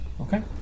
Okay